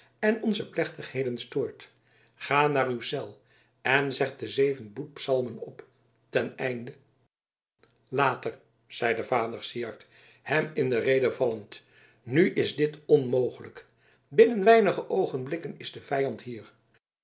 en onze plechtigheden stoort ga naar uw cel en zeg de zeven boetpsalmen op ten einde later zeide vader syard hem in de rede vallende nu is dit onmogelijk binnen weinige oogenblikken is de vijand hier